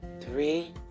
Three